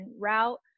route